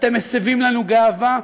אתם מסבים לנו גאווה.